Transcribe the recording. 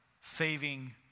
saving